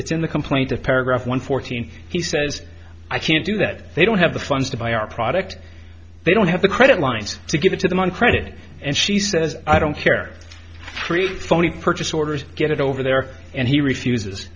it's in the complaint of paragraph one fourteenth he says i can't do that they don't have the funds to buy our product they don't have the credit lines to give it to them on credit and she says i don't care three phony purchase orders get it over there and he refuses